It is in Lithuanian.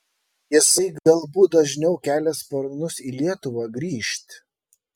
jisai galbūt dažniau kelia sparnus į lietuvą grįžt